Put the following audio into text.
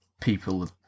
people